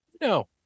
No